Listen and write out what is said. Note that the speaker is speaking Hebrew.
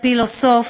פילוסוף,